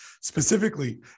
specifically